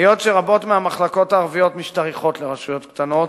היות שרבות מהמחלקות הערביות משתייכות לרשויות קטנות,